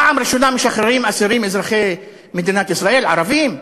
פעם ראשונה משחררים אסירים אזרחי מדינת ישראל ערבים?